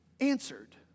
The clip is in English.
answered